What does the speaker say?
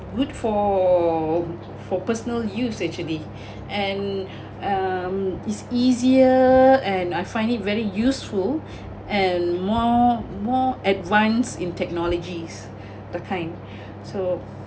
good for for personal use actually and um it's easier and I find it very useful and more more advance in technologies the kind so